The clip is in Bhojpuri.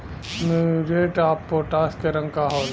म्यूरेट ऑफपोटाश के रंग का होला?